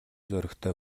зоригтой